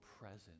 presence